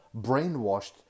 brainwashed